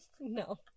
No